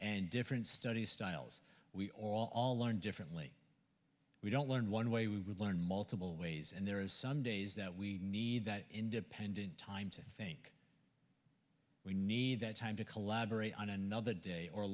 and different study styles we all learn differently we don't learn one way we learn multiple ways and there is some days that we need that independent time to think we need that time to collaborate on another day or